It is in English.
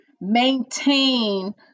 maintain